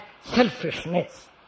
selfishness